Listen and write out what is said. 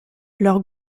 leurs